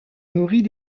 nourrit